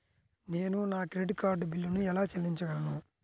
నేను నా credit card బిల్లును ఎలా చెల్లించగలను?